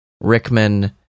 Rickman